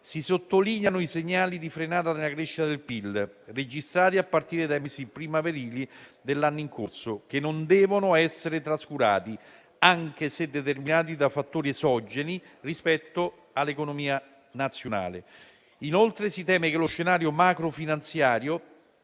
si sottolineano i segnali di frenata nella crescita del PIL registrati a partire dai mesi primaverili dell'anno in corso, che non devono essere trascurati, anche se determinati da fattori esogeni rispetto all'economia nazionale. Inoltre, si teme che lo scenario macro finanziario